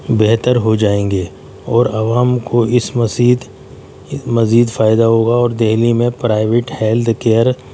بہتر ہو جائیں گے اور عوام کو اس مزید مزید فائدہ ہوگا اور دہلی میں پرائیویٹ ہیلتھ کیئر